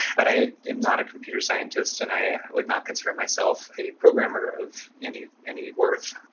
but i am not a computer scientist and i would not consider myself a programmer of any any worth.